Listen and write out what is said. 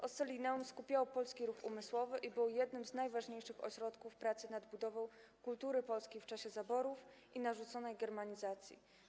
Ossolineum skupiało polski ruch umysłowy i było jednym z najważniejszych ośrodków pracy nad budową kultury polskiej w czasie zaborów i narzuconej germanizacji.